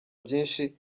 byinshi